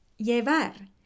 Llevar